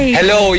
Hello